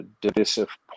divisive